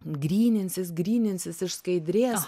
gryninsis gryninsis išskaidrės